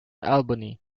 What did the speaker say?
albany